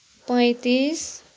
पैँतिस